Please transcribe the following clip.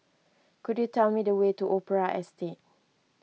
could you tell me the way to Opera Estate